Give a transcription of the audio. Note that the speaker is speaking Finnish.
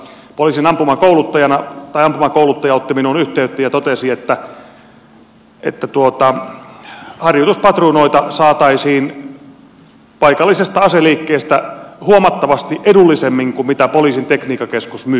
poliisin ampumakouluttaja otti minuun yhteyttä ja totesi että harjoituspatruunoita saataisiin paikallisesta aseliikkeestä huomattavasti edullisemmin kuin millä poliisin tekniikkakeskus myy